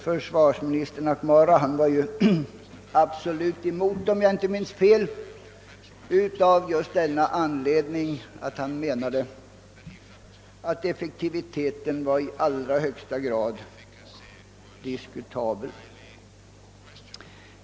Försvarsminister McNamara var ju absolut emot saken, om jag inte minns fel, just därför att han menade att effektivitetsökningen i förhållande till kostnaderna var diskutabel i allra högsta grad.